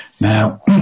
Now